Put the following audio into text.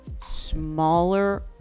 smaller